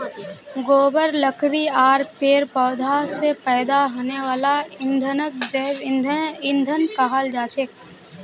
गोबर लकड़ी आर पेड़ पौधा स पैदा हने वाला ईंधनक जैव ईंधन कहाल जाछेक